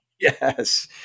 Yes